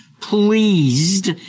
pleased